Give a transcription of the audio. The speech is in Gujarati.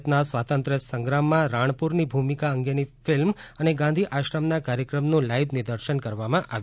ભારતના સ્વાતંત્ર્ય સંગ્રામમાં રાણપુરની ભૂમિકા અંગેની ફિલ્મ અને ગાંધી આશ્રમના કાર્યક્રમનું લાઇવ નિદર્શન કરવામાં આવેલ હતું